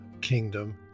kingdom